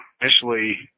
initially